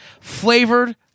flavored